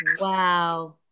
Wow